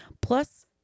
Plus